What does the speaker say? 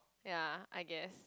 ya I guess